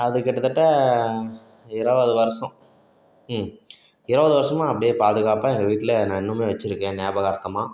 அது கிட்டத்தட்ட இருவது வருஷம் இருவது வருஷமா அப்படியே பாதுகாப்பாக எங்கள் வீட்டில் நான் இன்னுமே வச்சிருக்கேன் நியாபகார்த்தமாக